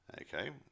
Okay